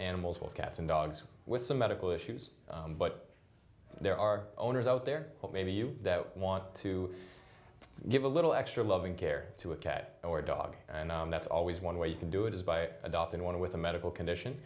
animals with cats and dogs with some medical issues but there are owners out there maybe you that want to give a little extra loving care to a cat or dog and that's always one way you can do it is by adopting one with a medical condition